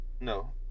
No